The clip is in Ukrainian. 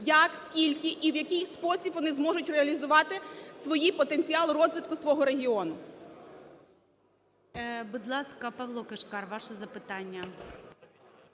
як, скільки і в який спосіб вони зможуть реалізувати свій потенціал розвитку, свого регіону.